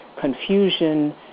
confusion